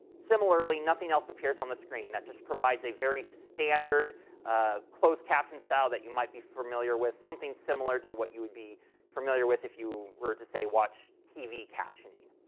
similarly, nothing else appears on the screen. that just provides a very standard closed captions style that you might be familiar with, something similar to what you would be familiar with if you were to, say, watch tv captioning.